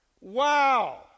Wow